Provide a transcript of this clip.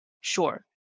Sure